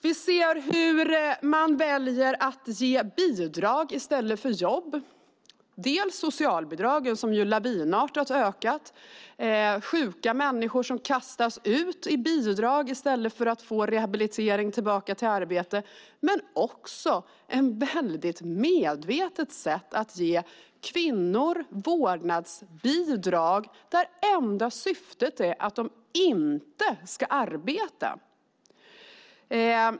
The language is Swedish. Vi ser hur man väljer att ge bidrag i stället för jobb. Socialbidragen har ökat lavinartat. Sjuka människor kastas ut i bidrag i stället för att få rehabilitering för att komma tillbaka i arbete. Vidare är det väldigt medvetet att ge kvinnor vårdnadsbidrag. Enda syftet är att de inte ska arbeta.